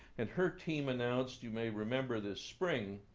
and her team announced, you may remember this spring,